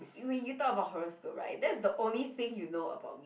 when you talk about horoscope right that's the only thing you know about me